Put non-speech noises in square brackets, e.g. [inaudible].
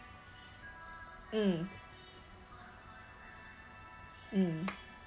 [noise] mm [noise] mm